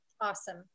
Awesome